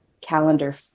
calendar